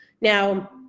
now